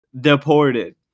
Deported